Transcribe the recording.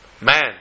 man